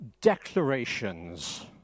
declarations